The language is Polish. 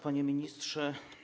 Panie Ministrze!